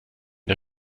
der